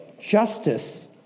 justice